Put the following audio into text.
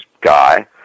guy